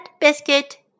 biscuit